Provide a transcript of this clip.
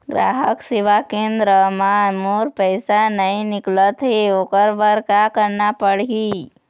ग्राहक सेवा केंद्र म मोर पैसा नई निकलत हे, ओकर बर का करना पढ़हि?